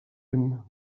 him